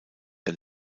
der